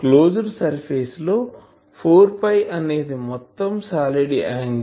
closed surface లో 4 అనేది మొత్తం సాలిడ్ యాంగిల్